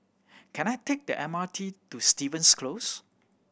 can I take the M R T to Stevens Close